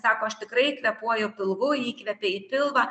sako aš tikrai kvėpuoju pilvu įkvepia į pilvą